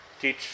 teach